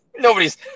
Nobody's